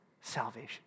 salvation